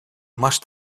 must